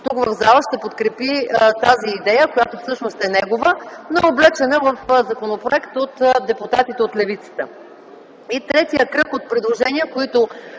тук в залата ще подкрепи тази идея, която всъщност е негова, но облечена в законопроект от депутатите от левицата. Третият кръг от предложения, които